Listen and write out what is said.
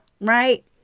right